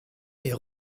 est